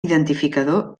identificador